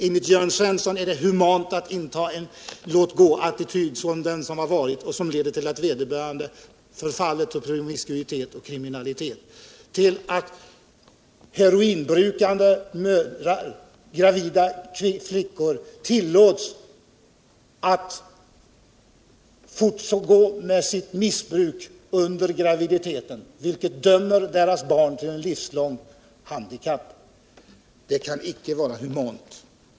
Enligt Jörn Svensson är det humant att inta en låtgåattityd, som leder till att vederbörande förfaller till promiskuitet och kriminalitet samt till att heroinbrukande gravida flickor tillåts fortsätta med sitt missbruk under graviditeten, vilket dömer deras barn till ett livslångt handikapp. Det kan inte vara humant.